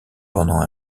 pendant